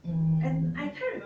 mm